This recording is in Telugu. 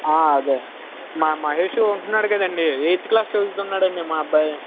ఆ అదే మా మహేషూ ఉంటున్నాడు కదండీ ఎయిట్త్ క్లాసు చదువుతున్నాడండి మా అబ్బాయి